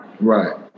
Right